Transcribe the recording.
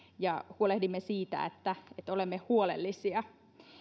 ja huolehdimme siitä että olemme huolellisia